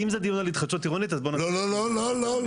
אם זה דיון על התחדשות עירונית אז בוא נקיים דיון על התחדשות עירונית,